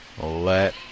let